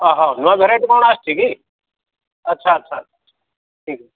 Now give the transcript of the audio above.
ଓ ହୋ ନୂଆ ଭେରାଇଟି କ'ଣ ଆସିଛି କି ଆଚ୍ଛା ଆଚ୍ଛା ଠିକ୍